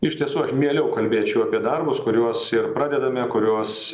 iš tiesų aš mieliau kalbėčiau apie darbus kuriuos ir pradedame kuriuos